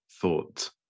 thought